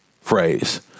phrase